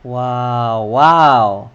!wow! !wow!